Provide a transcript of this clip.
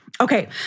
Okay